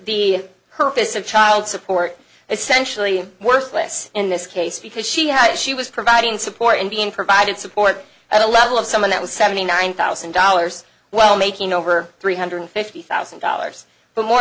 the purpose of child support essentially worthless in this case because she had it she was providing support and being provided support at a level of someone that was seventy nine thousand dollars well making over three hundred fifty thousand dollars but more